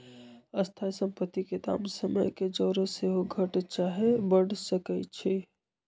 स्थाइ सम्पति के दाम समय के जौरे सेहो घट चाहे बढ़ सकइ छइ